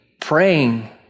praying